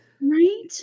Right